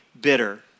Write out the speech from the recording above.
bitter